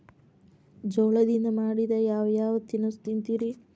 ಜೋಳದಿಂದ ಮಾಡಿದ ಯಾವ್ ಯಾವ್ ತಿನಸು ತಿಂತಿರಿ?